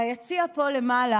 ביציע פה למעלה